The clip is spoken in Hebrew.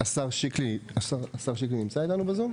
השר שיקלי נמצא איתנו בזום?